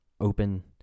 open